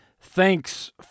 thanks